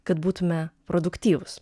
kad būtume produktyvūs